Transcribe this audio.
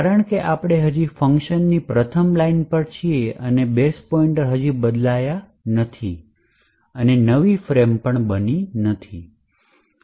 કારણ કે આપણે હજી ફંકશનની પ્રથમ લાઇન પર છે બેઝ પોઇન્ટર હજી બદલાયા નથી અને નવી ફ્રેમ પણ બની નથી